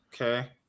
Okay